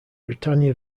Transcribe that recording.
britannia